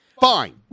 Fine